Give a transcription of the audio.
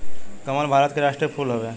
कमल भारत के राष्ट्रीय फूल हवे